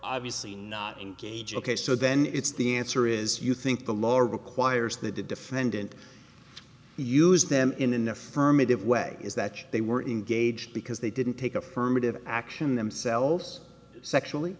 obviously not engage ok so then it's the answer is you think the law requires that the defendant we use them in an affirmative way is that they were engaged because they didn't take affirmative action themselves sexually